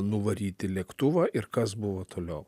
nuvaryti lėktuvą ir kas buvo toliau